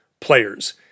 players